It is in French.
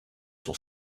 son